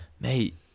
Mate